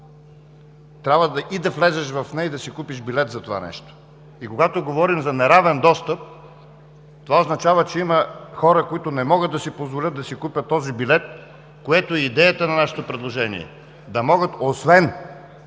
трябва и да влезеш в нея, и да си купиш билет за това нещо. Когато говорим за неравен достъп, това означава, че има хора, които не могат да си позволят да си купят този билет, което е и идеята на нашето предложение: да могат, освен